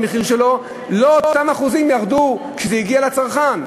לא אותם אחוזים ירדו כשזה הגיע לצרכן.